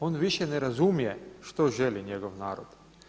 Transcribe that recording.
On više ne razumije što želi njegov narod.